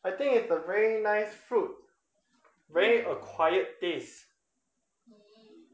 I think is a very nice fruit